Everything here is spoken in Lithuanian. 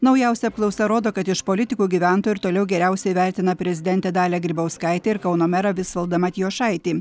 naujausia apklausa rodo kad iš politikų gyventojai ir toliau geriausiai vertina prezidentę dalią grybauskaitę ir kauno merą visvaldą matijošaitį